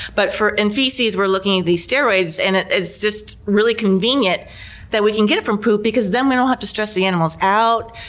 but in feces, we're looking at these steroids and it's just really convenient that we can get it from poop because then we don't have to stress the animals out.